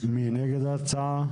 מי נגד ההצעה?